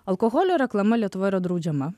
alkoholio reklama lietuvoj yra draudžiama